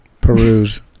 Peruse